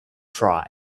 try